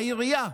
העירייה.